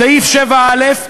סעיף 7א,